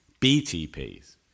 BTPs